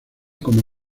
como